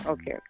Okay